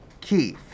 Keith